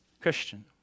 Christian